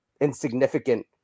insignificant